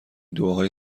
دعاهای